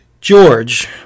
George